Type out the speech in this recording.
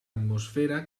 atmosfera